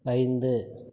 ஐந்து